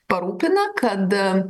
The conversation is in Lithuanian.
parūpina kad